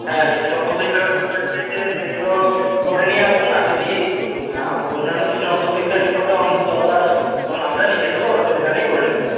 হ্যাঁ যে রক্ত পরীক্ষাটা করতে দিয়েছে সেইগুলো করে নিয়ে আসুন আর যদি অন্যান্য কিছু রক্ত পরীক্ষার রিপোর্টও আমাদের দরকার হয় তখন আমরা লিখে দেবো অসুবিধা নেই করে নেবেন